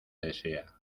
desea